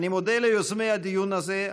אני מודה ליוזמי הדיון הזה,